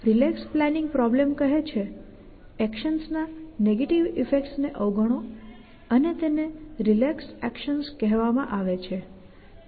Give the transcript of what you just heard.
relax planning problem કહે છે એક્શન્સના નેગેટિવ ઈફેક્ટ્સને અવગણો અને તેને રિલેક્સ એક્શન્સ કહેવામાં આવે છે